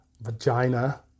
vagina